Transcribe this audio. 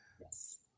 Yes